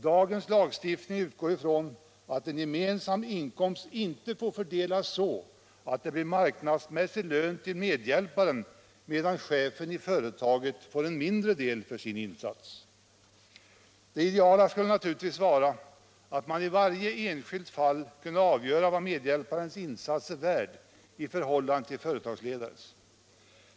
Dagens lagstiftning utgår från att en gemensam inkomst inte får fördelas så, att det blir marknadsmässig lön till medhjälparen, medan chefen i företaget får en mindre del för sin insats. Det ideala skulle naturligtvis vara att man i varje enskilt fall kunde avgöra vad medhjälparens insats är värd i förhållande till företagsledarens.